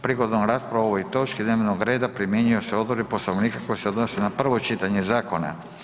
Prigodom rasprave o ovoj točki dnevnog reda primjenjuju se odredbe Poslovnika koje se odnose na prvo čitanje zakona.